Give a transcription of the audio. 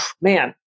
man